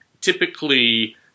typically